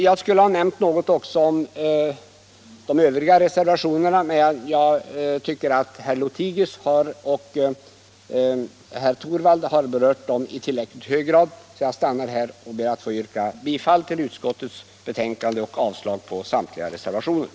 Jag skulle också ha nämnt något om de övriga reservationerna, men jag tycker att herr Lothigius och herr Torwald har berört dem i tillräckligt hög grad. Jag stannar därför här och ber att få yrka bifall till utskottets hemställan och avslag på samtliga reservationer.